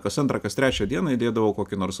kas antrą kas trečią dieną įdėdavo kokį nors